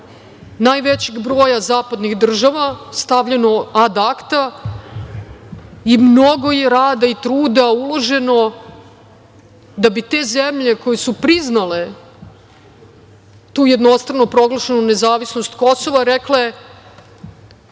najvećeg broja zapadnih država, stavljeno ad akta, i mnogo je rada uloženo da bi te zemlje koje su priznale tu jednostrano proglašenu nezavisnost Kosova rekle,